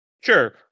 Sure